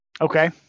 Okay